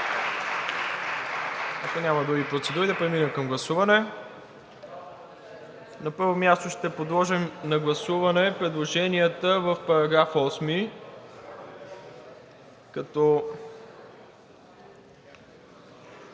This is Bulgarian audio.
ако няма други процедури, да преминем към гласуване. На първо място ще подложим на гласуване предложенията в § 8.